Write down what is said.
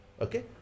Okay